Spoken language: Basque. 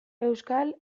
euskal